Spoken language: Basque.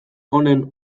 honen